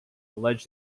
alleged